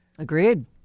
Agreed